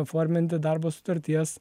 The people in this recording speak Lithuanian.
įforminti darbo sutarties